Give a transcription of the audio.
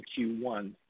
Q1